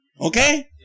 Okay